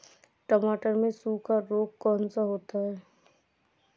टमाटर में सूखा रोग कौन सा होता है?